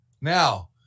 Now